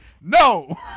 no